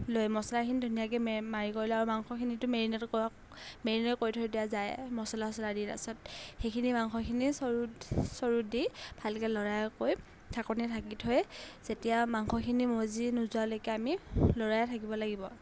লৈ মছলাখিনি ধুনীয়াকৈ মে মাৰি গ লওঁ আৰু মাংসখিনিতো মেৰিনেট কৰা মেৰিনেট কৰি থৈ দিয়া যায় মছলা চচলা দি তাৰছত সেইখিনি মাংসখিনি চৰুত চৰুত দি ভালকৈ লৰাইকৈ ঢাকনিৰে ঢাকি থৈ যেতিয়া মাংসখিনি মজি নোযোৱালৈকে আমি লৰাই থাকিব লাগিব